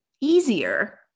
easier